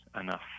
enough